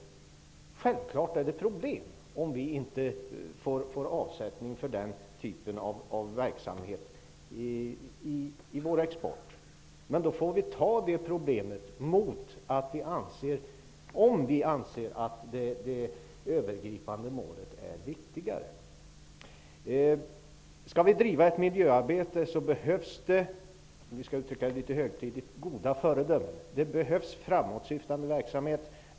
Det blir självfallet problem om vi inte får avsättning för den typen av verksamhet i vår export. Men vi får ta det problemet om vi anser att det övergripande målet är viktigare. För att driva ett miljöarbete behövs det goda föredömen, om vi skall uttrycka det litet högtidligt. Det behövs framåtsyftande verksamhet.